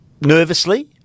nervously